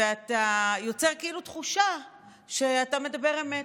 ואתה יוצר כאילו תחושה שאתה מדבר אמת.